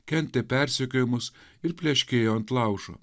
kentė persekiojimus ir pleškėjo ant laužo